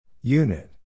Unit